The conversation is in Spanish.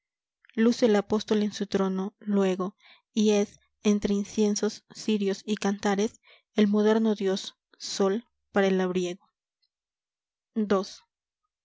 luce el apóstol en su trono luego y es entre inciesos cirios y cantares el moderno dios sol para el labriego echa